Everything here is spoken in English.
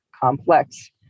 complex